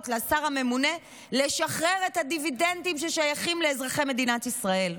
לשר הממונה לשחרר את הדיבידנדים ששייכים לאזרחי מדינת ישראל.